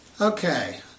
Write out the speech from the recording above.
Okay